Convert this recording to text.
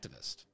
activist